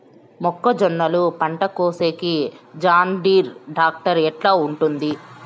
మొక్కజొన్నలు పంట కోసేకి జాన్డీర్ టాక్టర్ ఎట్లా ఉంటుంది?